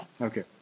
Okay